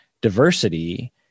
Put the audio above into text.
diversity